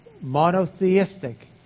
monotheistic